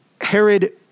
Herod